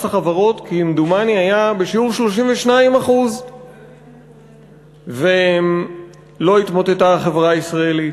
מס החברות כמדומני היה בשיעור 32%. לא התמוטטה החברה הישראלית,